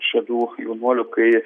šalių jaunuolių kai